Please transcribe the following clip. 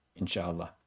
inshaAllah